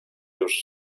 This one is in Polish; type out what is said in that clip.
już